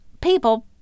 people